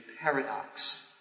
paradox